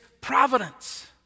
providence